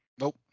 Nope